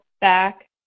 back